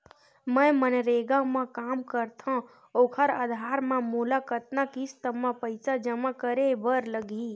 मैं मनरेगा म काम करथव, ओखर आधार म मोला कतना किस्त म पईसा जमा करे बर लगही?